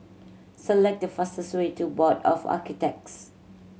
select the fastest way to Board of Architects